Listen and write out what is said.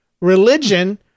religion